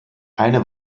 eine